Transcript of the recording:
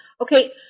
Okay